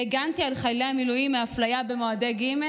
והגנתי על חיילי המילואים מאפליה במועדי ג'